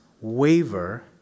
waver